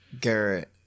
Garrett